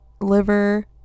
Liver